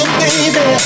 baby